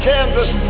Kansas